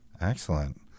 Excellent